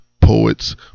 poets